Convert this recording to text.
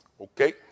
Okay